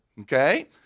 okay